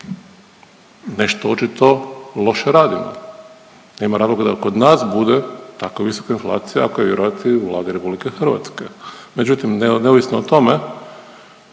Nešto očito loše radimo, nema razloga da kod nas bude tako visoka inflacija, ako je vjerovati Vladi RH. Međutim, neovisno o tome